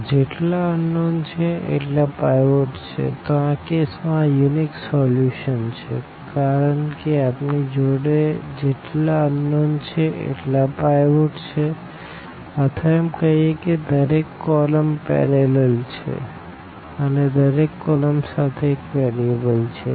તો જેટલા અનનોન છે એટલા પાઈવોટ છેતો આ કેસ માં યુનિક સોલ્યુશન છે કારણ કે આપણી જોડે જેટલા અનનોન છે એટલા પાઈવોટ છે અથવા એમ કહીએ કે દરેક કોલમ પેરેલલ છે એટલે દરેક કોલમ સાથે એક વેરીએબલ છે